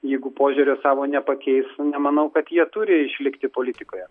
jeigu požiūrio savo nepakeis nemanau kad jie turi išlikti politikoje